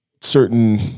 certain